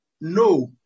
no